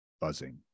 buzzing